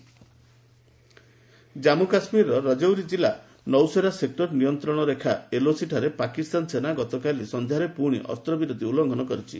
Pak army fire Jammu Kashmir Rajouri ଜିଲ୍ଲା Naushera sector ନିୟନ୍ତ୍ରଣ ରେଖା ଏଲ୍ଓସିଠାରେ ପାକିସ୍ତାନ ସେନା ଗତକାଲି ସନ୍ଧ୍ୟାରେ ପୁଣି ଅସ୍ତ୍ରବିରତି ଉଲୁଙ୍ଘନ କରିଛି